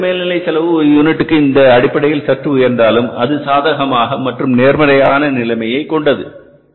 எனவே வேறுபட்ட மேல் நிலை செலவு ஒரு யூனிட் இந்த அடிப்படையில் சற்று உயர்ந்தாலும் அது சாதகமாக மற்றும் நேர்மறையான நிலையை கொண்டது